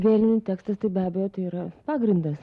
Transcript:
velinių tekstas tai be abejo tai yra pagrindas